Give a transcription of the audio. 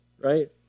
right